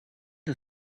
the